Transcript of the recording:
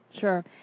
Sure